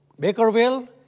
Bakerville